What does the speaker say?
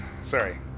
sorry